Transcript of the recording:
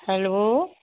hello